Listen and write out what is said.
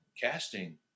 casting